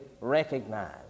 recognized